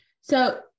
So-